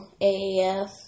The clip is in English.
AAF